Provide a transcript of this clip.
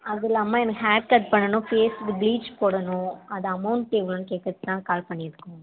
அதில்லாமல் எனக்கு ஹேர்கட் பண்ணணும் ஃபேஸ்க்கு ப்ளீச் போடணும் அது அமௌண்ட் எவ்வளோன்னு கேட்கறத்துக்குதான் கால் பண்ணியிருக்கோம்